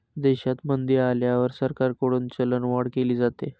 देशात मंदी आल्यावर सरकारकडून चलनवाढ केली जाते